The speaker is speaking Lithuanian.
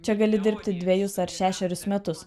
čia gali dirbti dvejus ar šešerius metus